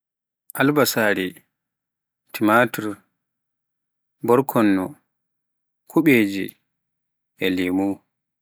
albasaare, timatur, borkonno, kuɓeeje, lemu,